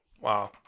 Wow